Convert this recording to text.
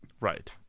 Right